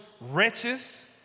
wretches